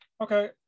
Okay